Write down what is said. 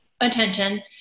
attention